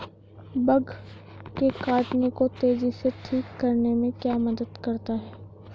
Bug के काटने को तेजी से ठीक करने में क्या मदद करता है?